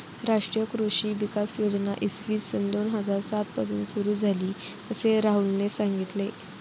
राष्ट्रीय कृषी विकास योजना इसवी सन दोन हजार सात पासून सुरू झाली, असे राहुलने सांगितले